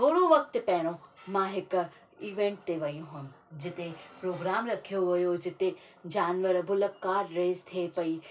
थोरो वक़्तु पहिरियों मां हिकु इवेंट ते वई हुयमि जिते प्रोग्राम रखयो हुयो जिते जानवर बुलक कार रेस थिए पई